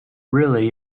really